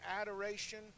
adoration